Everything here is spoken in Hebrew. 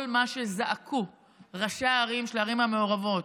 כל מה שזעקו ראשי הערים של הערים המעורבות,